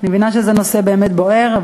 אני מבינה שזה נושא באמת בוער,